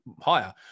higher